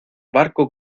barco